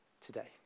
today